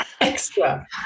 extra